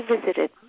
visited